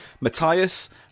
Matthias